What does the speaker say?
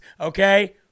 okay